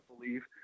believe –